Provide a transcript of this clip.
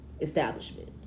establishment